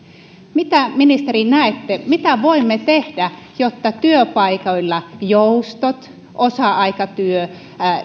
mitä näette että voimme tehdä jotta työpaikoilla joustot osa aikatyö